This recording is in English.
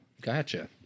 Gotcha